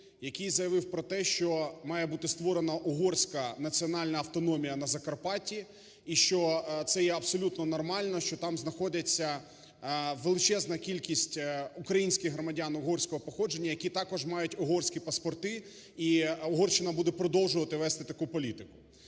який заявив про те, що має бути створена Угорська національна автономія на Закарпатті і, що це є абсолютно нормально, що там знаходиться величезна кількість українських громадян угорського походження, які також мають угорські паспорти і Угорщина буде продовжувати вести таку політику.